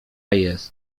jest